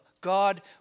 God